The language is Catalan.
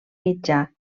mitjà